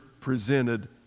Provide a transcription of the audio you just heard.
presented